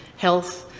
health,